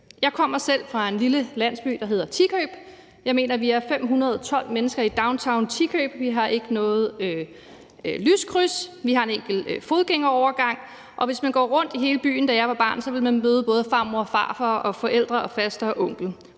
Jeg kommer selv fra en lille landsby, der hedder Tikøb, og jeg mener, at vi er 512 mennesker i downtown Tikøb. Vi har ikke noget lyskryds, vi har en enkelt fodgængerovergang, og da jeg var barn, ville man, hvis man gik rundt i hele byen, møde både farmor og farfar, forældre, faster og onkel